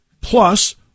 plus